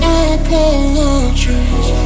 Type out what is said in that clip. apologies